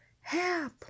Help